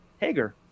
Hager